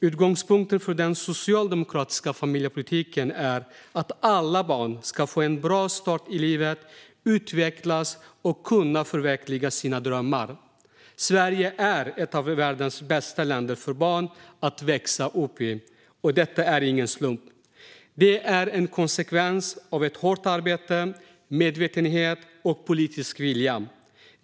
Utgångspunkten för den socialdemokratiska familjepolitiken är att alla barn ska få en bra start i livet, utvecklas och kunna förverkliga sina drömmar. Sverige är ett av världens bästa länder för barn att växa upp i. Detta är ingen slump, utan det är en konsekvens av hårt arbete, medvetenhet och politisk vilja.